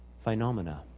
Phenomena